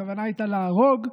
הכוונה הייתה להרוג,